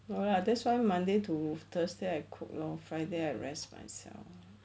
no lah that's why monday to thursday I cook lor friday at restaurants